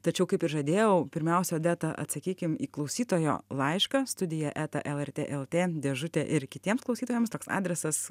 tačiau kaip ir žadėjau pirmiausia odeta atsakykim į klausytojo laišką studija eta lrt lt dėžutė ir kitiems klausytojams toks adresas